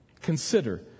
consider